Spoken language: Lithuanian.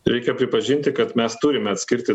reikia pripažinti kad mes turime atskirti